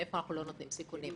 איפה אנחנו לא נוטלים סיכונים.